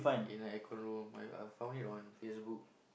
in a aircon room I I've found it on Facebook